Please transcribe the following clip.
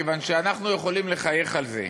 כיוון שאנחנו יכולים לחייך על זה: